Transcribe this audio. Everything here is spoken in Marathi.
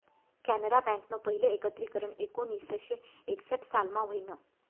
कॅनरा बँकनं पहिलं एकत्रीकरन एकोणीसशे एकसठ सालमा व्हयनं